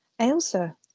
Ailsa